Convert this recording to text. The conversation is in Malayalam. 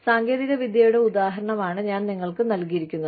സാങ്കേതികവിദ്യയുടെ ഉദാഹരണമാണ് ഞാൻ നിങ്ങൾക്ക് നൽകിയിരിക്കുന്നത്